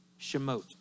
Shemot